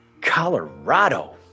Colorado